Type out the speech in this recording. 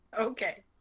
okay